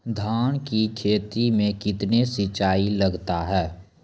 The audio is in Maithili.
धान की खेती मे कितने सिंचाई लगता है?